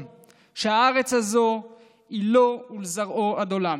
שהארץ הזאת היא לו ולזרעו עד עולם,